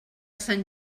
sant